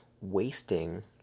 wasting